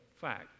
fact